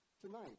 tonight